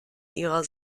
ihrer